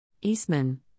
Eastman